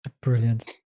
Brilliant